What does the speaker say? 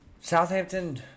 Southampton